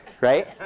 right